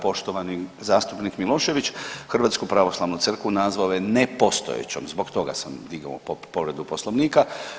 Poštovani zastupnik Milošević Hrvatsku pravoslavnu crkvu nazvao je nepostojećom, zbog toga sam digao povredu Poslovnika.